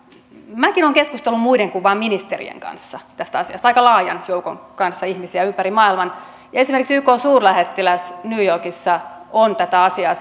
minäkin olen keskustellut muiden kuin vain ministerien kanssa tästä asiasta aika laajan joukon kanssa ihmisiä ympäri maailman esimerkiksi ykn suurlähettiläs new yorkissa on tätä asiaa